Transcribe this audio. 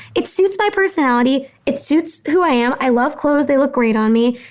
it suits my personality. it suits who i am. i love clothes. they look great on me.